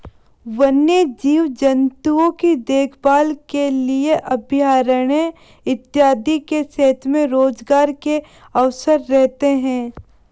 वन्य जीव जंतुओं की देखभाल के लिए अभयारण्य इत्यादि के क्षेत्र में रोजगार के अवसर रहते हैं